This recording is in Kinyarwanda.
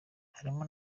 harimo